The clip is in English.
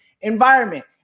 environment